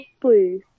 Please